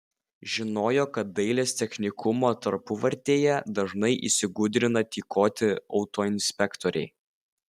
žinojo kad dailės technikumo tarpuvartėje dažnai įsigudrina tykoti autoinspektoriai